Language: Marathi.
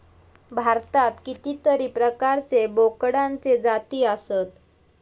भारतात कितीतरी प्रकारचे बोकडांचे जाती आसत